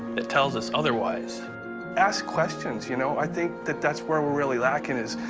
it tells us otherwise ask questions. you know i think that that's where we're really lacking is.